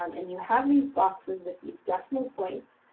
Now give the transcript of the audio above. um and you have these boxes with these decimal points,